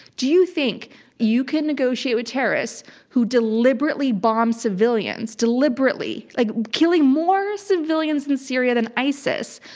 do you think you can negotiate with terrorists who deliberately bomb civilians, deliberately, like, killing more civilians in syria than isis?